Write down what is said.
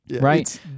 Right